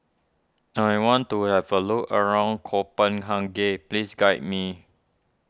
I want to have a look around Copenhagen please guide me